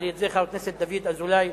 על-ידי חבר הכנסת דוד אזולאי,